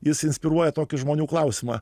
jis inspiruoja tokį žmonių klausimą